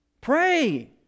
Pray